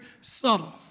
subtle